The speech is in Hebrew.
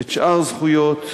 את שאר הזכויות,